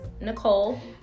nicole